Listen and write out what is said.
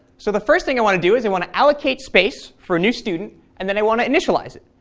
so the first thing i want to do is i want to allocate space for a new student, and then i want to initialize it,